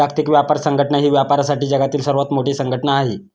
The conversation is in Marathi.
जागतिक व्यापार संघटना ही व्यापारासाठी जगातील सर्वात मोठी संघटना आहे